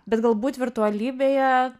bet galbūt virtualybėje